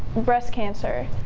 breast cancer.